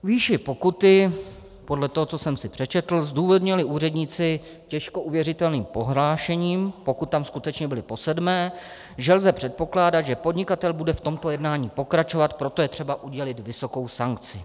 Výši pokuty podle toho, co jsem si přečetl, zdůvodnili úředníci těžko uvěřitelným prohlášením, pokud tam skutečně byli posedmé, že lze předpokládat, že podnikatel bude v tomto jednání pokračovat, proto je třeba udělit vysokou sankci.